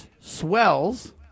swells